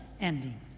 ending